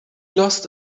lost